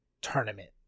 tournament